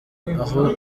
aho